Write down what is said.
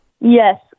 Yes